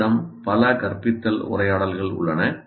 உங்களிடம் பல கற்பித்தல் உரையாடல்கள் உள்ளன